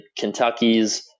Kentuckys –